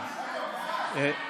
מרגי.